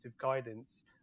guidance